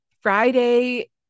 friday